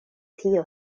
tio